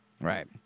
Right